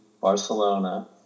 Barcelona